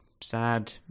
sad